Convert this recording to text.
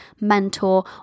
mentor